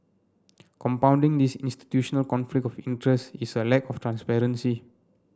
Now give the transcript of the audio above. compounding this institutional conflict of interest is a lack of transparency